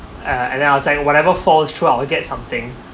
uh and then I was like whatever falls through I will get something